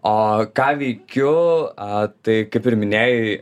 o ką veikiu a tai kaip ir minėjai